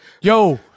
yo